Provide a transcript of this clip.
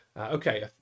Okay